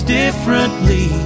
differently